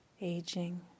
aging